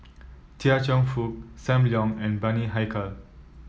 Chia Cheong Fook Sam Leong and Bani Haykal